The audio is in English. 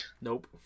Nope